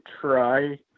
try